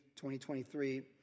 2023